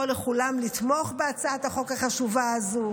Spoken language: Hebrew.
לכולם לתמוך בהצעת החוק החשובה הזאת.